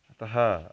अतः